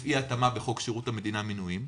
אי התאמה בחוק שירות המדינה (מינויים),